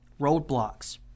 Roadblocks